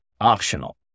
optional